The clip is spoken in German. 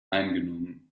eingenommen